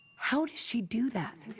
how does she do that?